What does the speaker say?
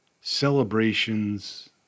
celebrations